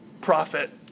profit